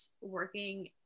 working